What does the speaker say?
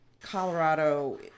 Colorado